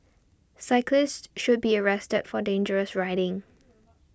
cyclist should be arrested for dangerous riding